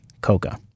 COCA